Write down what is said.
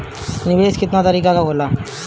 निवेस केतना तरीका के होला?